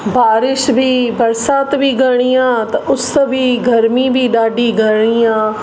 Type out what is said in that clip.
बारिश बि बरसाति बि घणी आ्हे त उस बि गरमी बि ॾाढी घणी आहे